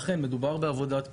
אכן, מדובר בעבודת פיקוח.